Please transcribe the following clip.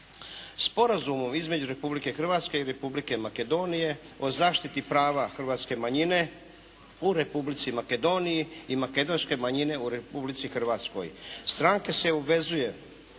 Sporazumom između Republike Hrvatske i Republike Makedonije o zaštiti prava hrvatske manjine u Republici Makedoniji i makedonske manjine u Republici Hrvatskoj.